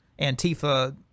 Antifa